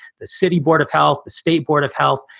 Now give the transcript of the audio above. the city board of health, the state board of health.